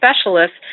specialists